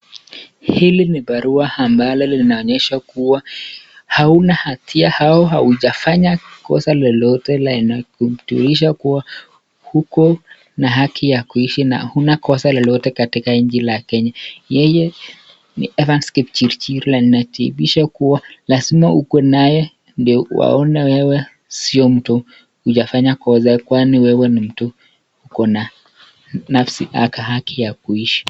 Hili ni barua ambalo linaonyesha kuwa hauna hatia au hujafanya kosa lolote lina kumtulisha kuwa uko na haki ya kuishi na hauna kosa lolote katika nchi la Kenya. Yeye ni Evans Kipchirchir linaandibisha kuwa lazima uwe naye ndio waone wewe sio mtu hujafanya kosa kwani wewe ni mtu uko na nafsi aka haki ya kuishi.